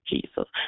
Jesus